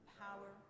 power